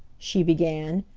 she began,